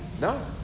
No